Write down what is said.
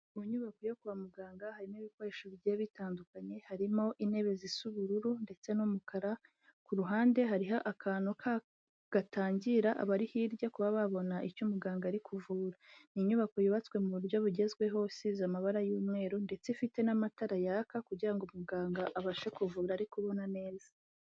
Mu nyubako yo kwa muganga harimo ibikoresho bigiye bitandukanye harimo intebe zisa ubururu ndetse n'umukara, ku ruhande hariho akantu ka gatangira abari hirya kuba babona icyo muganga ari kuvura, ni inyubako yubatswe mu buryo bugezweho isize amabara y'umweru ndetse ifite n'amatara yaka kugira ngo umuganga abashe kuvura ari kubona neza.